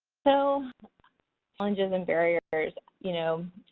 so challenges and barriers, you know,